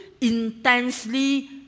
intensely